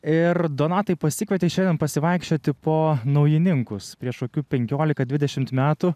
ir donatai pasikvietei šiandien pasivaikščioti po naujininkus prieš kokių penkiolika dvidešimt metų